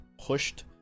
pushed